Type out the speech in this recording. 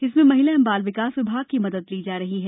इसमें महिला एवं बाल विकास विभाग की मदद ली जा रही है